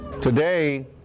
Today